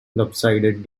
lopsided